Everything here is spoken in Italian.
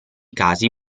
casi